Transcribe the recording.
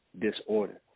disorder